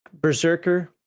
berserker